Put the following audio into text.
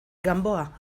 gamboa